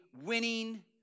winning